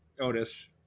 Otis